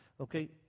Okay